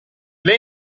lei